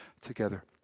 together